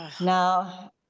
Now